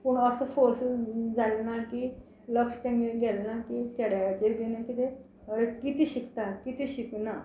पूण असो फोर्स जाल् ना की लक्ष तेंगे गेले ना की चेड्याचेर बीन कितें अरे कितें शिकता कितें शिकना